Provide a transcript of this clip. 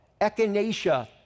Echinacea